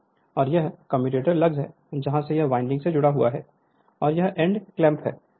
और यह commutator lugs है जहां से यह वाइंडिंग से जुड़ा हुआ है और यह एंड क्लैंप है